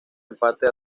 empate